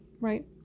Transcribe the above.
right